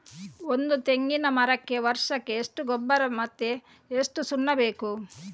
ಒಂದು ತೆಂಗಿನ ಮರಕ್ಕೆ ವರ್ಷಕ್ಕೆ ಎಷ್ಟು ಗೊಬ್ಬರ ಮತ್ತೆ ಎಷ್ಟು ಸುಣ್ಣ ಬೇಕು?